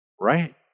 right